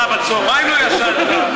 אה, בצוהריים לא ישנת.